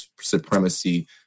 supremacy